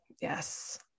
Yes